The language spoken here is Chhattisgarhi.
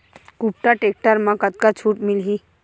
कुबटा टेक्टर म कतका छूट मिलही?